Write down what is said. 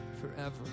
forever